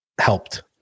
helped